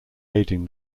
aiding